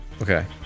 okay